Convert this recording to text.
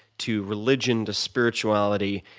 to religion, to spirituality,